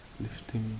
lifting